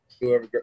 whoever